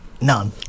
none